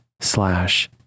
slash